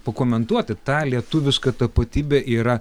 pakomentuoti ta lietuviška tapatybė yra